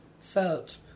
felt